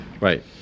right